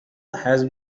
has